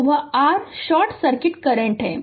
तो वह r short circuit current है